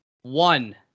One